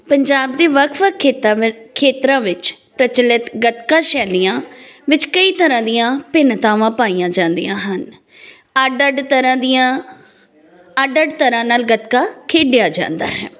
ਪੰਜਾਬ ਦੇ ਵੱਖ ਵੱਖ ਖੇਤਾ ਵ ਖੇਤਰਾਂ ਵਿੱਚ ਪ੍ਰਚਲਿਤ ਗੱਤਕਾ ਸ਼ੈਲੀਆਂ ਵਿੱਚ ਕਈ ਤਰ੍ਹਾਂ ਦੀਆਂ ਭਿੰਨਤਾਵਾਂ ਪਾਈਆਂ ਜਾਂਦੀਆਂ ਹਨ ਅੱਡ ਅੱਡ ਤਰ੍ਹਾਂ ਦੀਆਂ ਅੱਡ ਅੱਡ ਤਰ੍ਹਾਂ ਨਾਲ ਗੱਤਕਾ ਖੇਡਿਆ ਜਾਂਦਾ ਹੈ